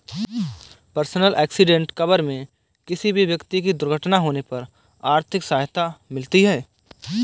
personal accident cover में किसी भी व्यक्ति की दुर्घटना होने पर आर्थिक सहायता मिलती है